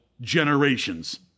generations